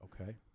Okay